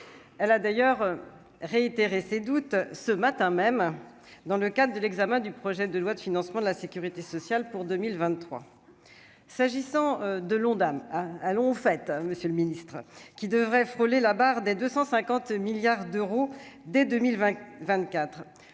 elle a d'ailleurs réitéré ses doutes ce matin même, dans le cadre de l'examen du projet de loi de financement de la Sécurité sociale pour 2023, s'agissant de l'Ondam à à l'ont fait, monsieur le Ministre, qui devrait frôler la barre des 250 milliards d'euros dès 2020